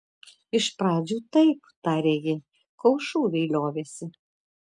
iš pradžių taip tarė ji kol šūviai liovėsi